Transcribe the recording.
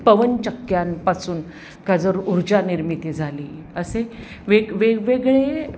पवनचक्क्यांपासून का जर ऊर्जा निर्मिती झाली असे वेग वेगवेगळे